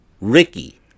ricky